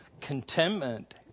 contentment